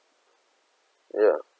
ya